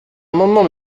amendement